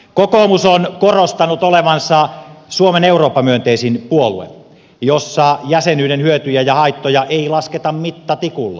kokoomus on korostanut olevansa suomen eurooppa myönteisin puolue jossa jäsenyyden hyötyjä ja haittoja ei lasketa mittatikulla